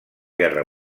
guerra